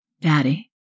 Daddy